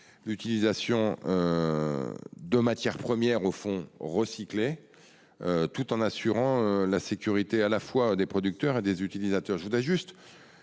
l'utilisation de matières premières « recyclées » tout en assurant la sécurité, à la fois, des producteurs et des utilisateurs.